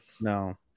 no